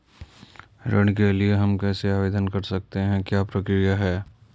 ऋण के लिए हम कैसे आवेदन कर सकते हैं क्या प्रक्रिया है?